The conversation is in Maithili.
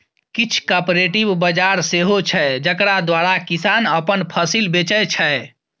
किछ कॉपरेटिव बजार सेहो छै जकरा द्वारा किसान अपन फसिल बेचै छै